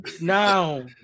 Now